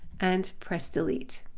and press delete.